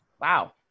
Wow